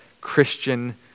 Christian